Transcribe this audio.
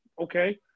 okay